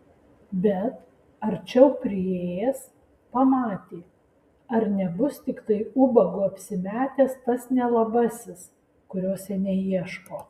bet arčiau priėjęs pamatė ar nebus tiktai ubagu apsimetęs tas nelabasis kurio seniai ieško